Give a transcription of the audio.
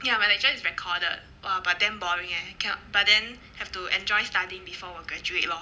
ya my lecture is recorded !wah! but damn boring leh cannot but then have to enjoy studying before 我 graduate lor